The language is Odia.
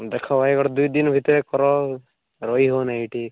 ଦେଖ ଭାଇ ଗୋଟେ ଦୁଇଦିନ ଭିତରେ କର ରହି ହଉ ନାଇଁ ଏଇଠି